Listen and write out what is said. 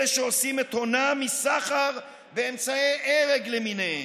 אלה שעושים את הונם מסחר באמצעי הרג למיניהם?